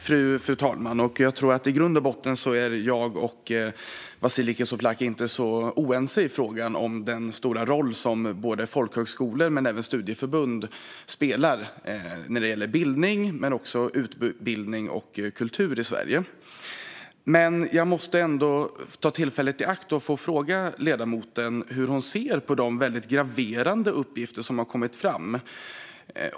Fru talman! Jag tror att jag och Vasiliki Tsouplaki i grund och botten inte är så oense i frågan om den stora roll som både folkhögskolor och studieförbund spelar när det gäller bildning, utbildning och kultur i Sverige. Jag måste ändå ta tillfället i akt och fråga ledamoten hur hon ser på de väldigt graverande uppgifter som har kommit fram.